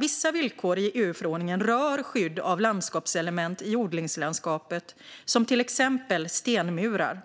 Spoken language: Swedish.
Vissa villkor i EU-förordningen rör skydd av landskapselement i odlingslandskapet, som till exempel stenmurar.